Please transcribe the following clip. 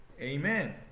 Amen